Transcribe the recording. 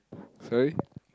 sorry